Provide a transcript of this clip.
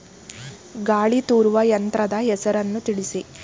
ಗಾಳಿ ತೂರುವ ಯಂತ್ರದ ಹೆಸರನ್ನು ತಿಳಿಸಿ?